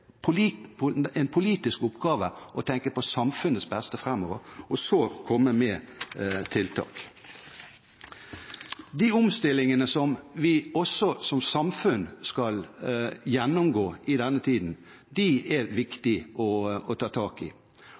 en politisk oppgave å tenke på samfunnets beste framover og så komme med tiltak. De omstillingene som vi også som samfunn skal gjennomgå i denne tiden, er det viktig å ta tak i.